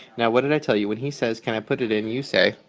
now, what did i tell you? when he says, can i put it in you say.